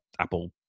Apple